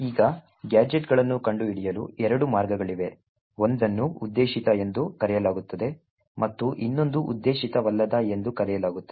ಈಗ ಗ್ಯಾಜೆಟ್ಗಳನ್ನು ಕಂಡುಹಿಡಿಯಲು ಎರಡು ಮಾರ್ಗಗಳಿವೆ ಒಂದನ್ನು ಉದ್ದೇಶಿತ ಎಂದು ಕರೆಯಲಾಗುತ್ತದೆ ಮತ್ತು ಇನ್ನೊಂದು ಉದ್ದೇಶಿತವಲ್ಲದ ಎಂದು ಕರೆಯಲಾಗುತ್ತದೆ